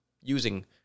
using